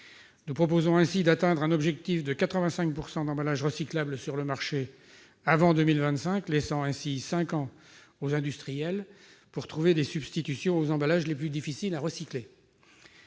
Nous proposons ainsi d'atteindre un objectif de 85 % d'emballages recyclables sur le marché avant 2025, laissant ainsi cinq ans aux industriels pour trouver des substitutions aux emballages les plus difficiles à recycler.